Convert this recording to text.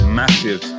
massive